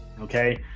okay